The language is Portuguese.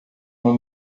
uma